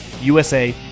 USA